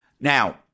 Now